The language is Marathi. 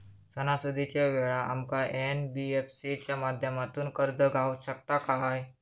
सणासुदीच्या वेळा आमका एन.बी.एफ.सी च्या माध्यमातून कर्ज गावात शकता काय?